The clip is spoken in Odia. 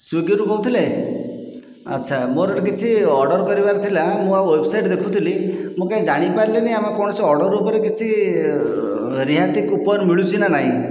ସ୍ବିଗିରୁ କହୁଥିଲେ ଆଚ୍ଛା ମୋର କିଛି ଅର୍ଡର କରିବାର ଥିଲା ମୁଁ ଆଉ ୱେବସାଇଟ ଦେଖୁଥିଲି ମୁଁ କାହିଁ ଜାଣିପାରିଲିନି ଆମେ କୌଣସି ଅର୍ଡର ଉପରେ କିଛି ରିହାତି କୁପନ ମିଳୁଛି ନା ନାହିଁ